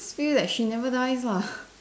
feel that she never dies lah